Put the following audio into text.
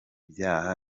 byaha